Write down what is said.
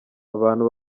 abantu